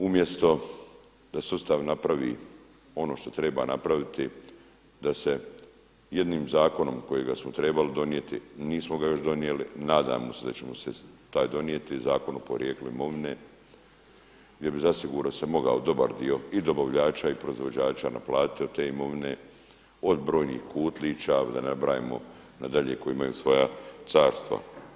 Umjesto da sustav napravi ono što treba napraviti da se jednim zakonom kojega smo trebali donijeti nismo ga još donijeli, nadamo se da će se donijeti Zakon o porijeklu imovine gdje bi zasigurno se mogao dobar dio i dobavljača i proizvođača naplatiti od te imovina od brojnih kutlića, da ne nabrajamo nadalje koji imaju svoja carstva.